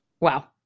wow